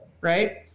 right